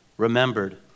remembered